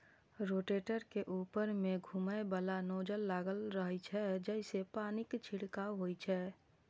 rotator के ऊपर मे घुमैबला नोजल लागल रहै छै, जइसे पानिक छिड़काव होइ छै